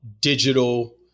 digital